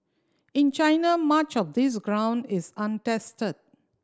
in China much of this ground is untested